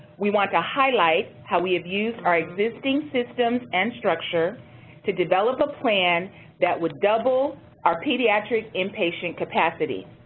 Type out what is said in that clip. we want to highlight how we have used our existing systems and structure to develop a plan that would double our pediatric inpatient capacity.